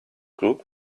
group